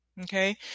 Okay